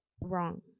wrong